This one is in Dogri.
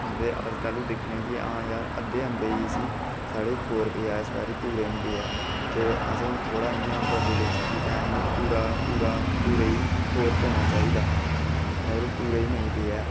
ते अस जैह्लू दिक्खने कि हां यार अद्धे अम्बे ई इसी साढ़े खौर पेआ इस बारी पूरे ई नेईं पेआ ऐ ते असें ई थोह्ड़ा इ'यां होंदा ऐ दिलै च कि भाएं पूरा पूरे गी पौना चाहिदा हा मतलब पूरे ई नेईं पेआ ऐ